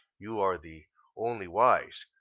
you are the only wise,